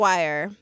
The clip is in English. Wire